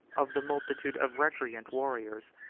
of the multitude of recreant warriors,